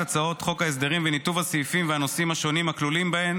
הצעות חוק ההסדרים וניתוב הסעיפים והנושאים השונים הכלולים בהן